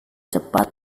cepat